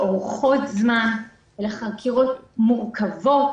אלה חקירות שאורכות זמן, חקירות מורכבות.